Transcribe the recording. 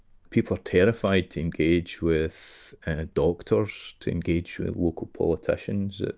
people are terrified to engage with doctors, to engage with local politicians,